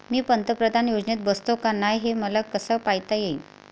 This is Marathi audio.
मी पंतप्रधान योजनेत बसतो का नाय, हे मले कस पायता येईन?